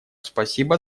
спасибо